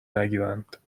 نگیرند